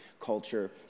culture